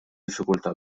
diffikultà